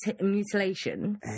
mutilation